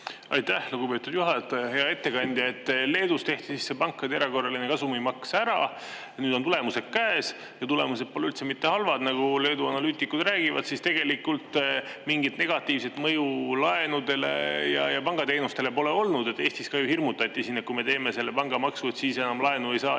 Aitäh, lugupeetud juhataja! Hea ettekandja! Leedus tehti see pankade erakorraline kasumimaks ära, nüüd on tulemused käes ja tulemused pole üldse mitte halvad, nagu Leedu analüütikud räägivad. Tegelikult mingit negatiivset mõju laenudele ja pangateenustele pole olnud. Eestis ka ju hirmutati, et kui me teeme selle pangamaksu, siis enam laenu ei saa